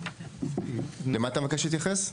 למה אתה מבקש להתייחס?